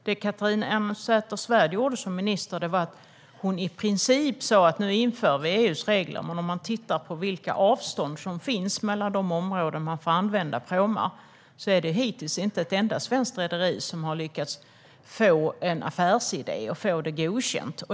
Det Catharina Elmsäter-Svärd gjorde som minister var att hon i princip sa att man skulle införa EU:s regler, men om man tittar på vilka avstånd som finns mellan de områden man får använda pråmar i ser man att det hittills inte är ett enda svenskt rederi som har lyckats få en affärsidé godkänd.